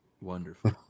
wonderful